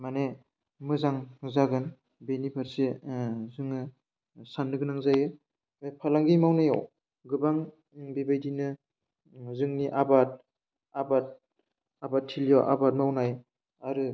माने मोजां जागोन बेनि फारसे जोङो साननो गोनां जायो बे फालांगि मावनायाव गोबां बेबायदिनो जोंनि आबाद आबाद आबादथिलियाव आबाद मावनाय आरो